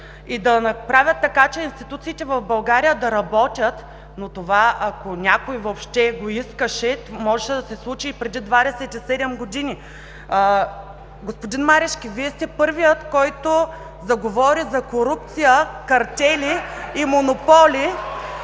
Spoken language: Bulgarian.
и да направят така, че институциите в България да работят, но това ако някой въобще го искаше, можеше да се случи и преди двадесет и седем години. Господин Марешки, Вие сте първият, който заговори за корупция, картели и монополи